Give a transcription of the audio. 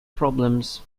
problems